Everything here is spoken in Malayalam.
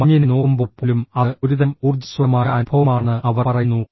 മഞ്ഞിനെ നോക്കുമ്പോൾ പോലും അത് ഒരുതരം ഊർജ്ജസ്വലമായ അനുഭവമാണെന്ന് അവർ പറയുന്നു